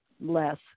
less